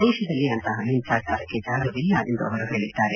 ದೇಶದಲ್ಲಿ ಅಂತಹ ಹಿಂಸಾಚಾರಕ್ಕೆ ಜಾಗವಿಲ್ಲ ಎಂದು ಅವರು ಹೇಳಿದ್ದಾರೆ